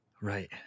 Right